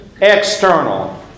external